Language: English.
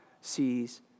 sees